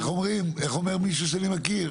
אבל איך אומר מישהו שאני מכיר?